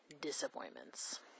disappointments